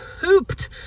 pooped